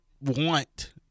want